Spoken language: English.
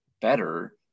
better